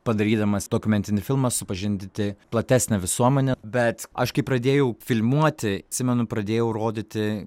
padarydamas dokumentinį filmą supažindinti platesnę visuomenę bet aš kai pradėjau filmuoti atsimenu pradėjau rodyti